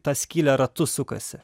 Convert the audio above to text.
tą skylę ratu sukasi